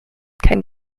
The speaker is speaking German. kein